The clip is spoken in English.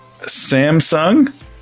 Samsung